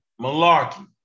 Malarkey